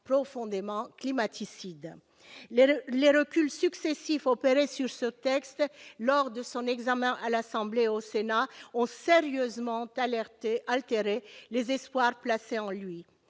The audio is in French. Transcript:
profondément « climaticides ». Les reculs successifs opérés sur ce texte lors de son examen à l'Assemblée nationale et au Sénat ont sérieusement altéré les espoirs placés en lui.